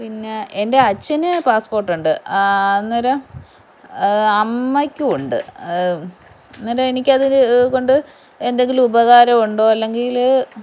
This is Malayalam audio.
പിന്നെ എൻ്റെ അച്ഛന് പാസ്പോർട്ടുണ്ട് അന്നേരം അമ്മയ്ക്കും ഉണ്ട് അന്നേരം എനിക്കത് കൊണ്ട് എന്തെങ്കിലും ഉപകാരം ഉണ്ടോ അല്ലെങ്കില്